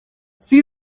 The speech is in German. sie